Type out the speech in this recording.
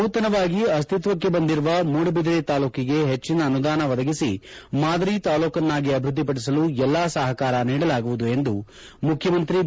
ನೂತನವಾಗಿ ಅಸ್ತಿತ್ವಕ್ಕೆ ಬಂದಿರುವ ಮೂಡಬಿದಿರೆ ತಾಲೂಕಿಗೆ ಹೆಚ್ಚಿನ ಅನುದಾನ ಒದಗಿಸಿ ಮಾದರಿ ತಾಲೂಕನ್ನಾಗಿ ಅಭಿವೃದ್ದಿಪದಿಸಲು ಎಲ್ಲ ಸಹಕಾರ ನೀಡಲಾಗುವುದು ಎಂದು ಮುಖ್ಯಮಂತ್ರಿ ಬಿ